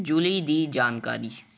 ਜੂਲੀ ਦੀ ਜਾਣਕਾਰੀ